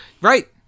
Right